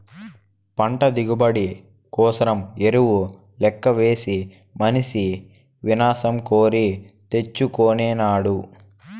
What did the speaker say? పంట దిగుబడి కోసరం ఎరువు లెక్కవేసి మనిసి వినాశం కోరి తెచ్చుకొనినాడు